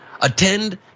attend